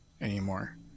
anymore